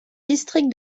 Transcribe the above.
districts